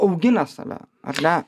augina save ar ne